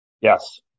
Yes